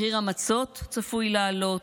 מחיר המצות צפוי לעלות,